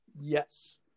Yes